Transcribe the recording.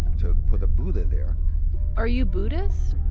to put a buddha there are you buddhist?